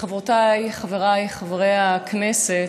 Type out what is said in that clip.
חברותיי, חבריי, חברי הכנסת,